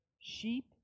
sheep